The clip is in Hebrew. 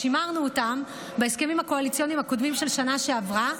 בהסכמים הקואליציוניים הקודמים של השנה שעברה.